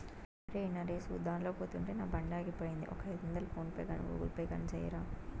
అరే, నరేసు దార్లో పోతుంటే నా బండాగిపోయింది, ఒక ఐదొందలు ఫోన్ పే గాని గూగుల్ పే గాని సెయ్యరా